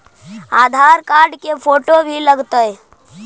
आधार card के photo भी लग तै?